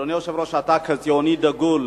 אדוני היושב-ראש, אתה, כציוני דגול,